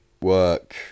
work